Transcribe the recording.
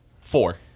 four